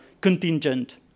contingent